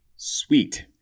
Sweet